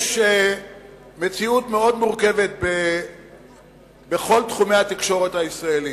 יש מציאות מאוד מורכבת בכל תחומי התקשורת הישראלית.